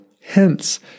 Hence